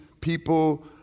people